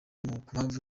mpamvu